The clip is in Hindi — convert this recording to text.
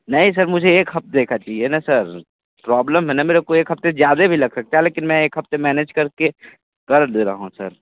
नहीं सर मुझे एक हफ़्ते का चाहिए ना सर प्रॉब्लम है ना मेरे को एक हफ़्ते से ज़्यादा भी लग सकता है लेकिन मैं एक हफ़्ते मैनेज कर के कर दे रहा हूँ सर